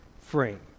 frame